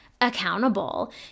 accountable